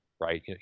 right